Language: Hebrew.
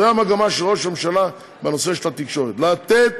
זו המגמה של ראש הממשלה בנושא התקשורת: לתת